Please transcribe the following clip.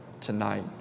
tonight